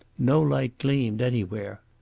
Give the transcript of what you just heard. no light gleamed anywhere.